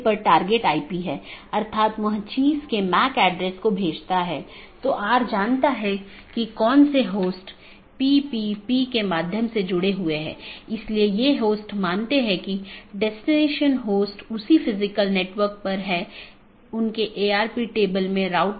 अगर जानकारी में कोई परिवर्तन होता है या रीचचबिलिटी की जानकारी को अपडेट करते हैं तो अपडेट संदेश में साथियों के बीच इसका आदान प्रदान होता है